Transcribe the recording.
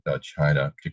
China